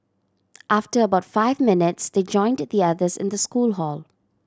after about five minutes they joined the others in the school hall